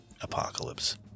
apocalypse